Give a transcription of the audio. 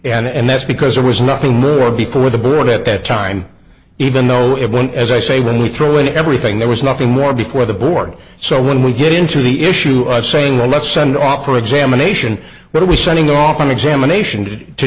yes and that's because there was nothing new or before the board at that time even though it wasn't as i say when we threw in everything there was nothing more before the board so when we get into the issue of saying let's send off for examination what are we setting off an examination to